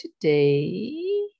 today